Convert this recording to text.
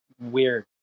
weird